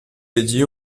dédié